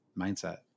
mindset